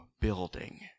building